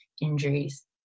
injuries